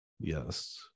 yes